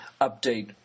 update